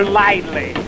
lightly